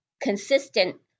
consistent